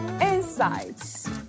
insights